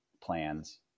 plans